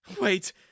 Wait